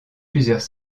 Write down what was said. plusieurs